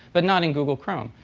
but not in google chrome.